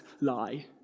lie